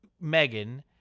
Megan